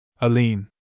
Aline